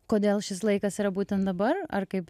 kodėl šis laikas yra būtent dabar ar kaip